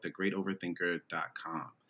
thegreatoverthinker.com